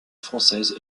française